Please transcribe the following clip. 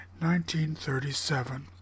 1937